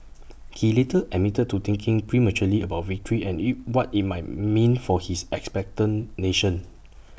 he later admitted to thinking prematurely about victory and you what IT might mean for his expectant nation